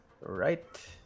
Right